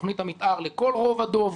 תוכנית המתאר לכל רובע דב,